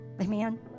Amen